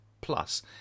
plus